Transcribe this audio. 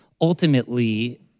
Ultimately